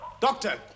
Doctor